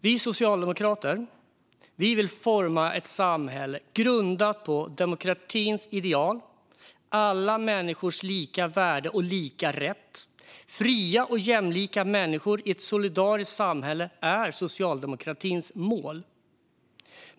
Vi socialdemokrater vill forma ett samhälle grundat på demokratins ideal och alla människors lika värde och lika rätt. Fria och jämlika människor i ett solidariskt samhälle är socialdemokratins mål.